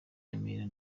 remera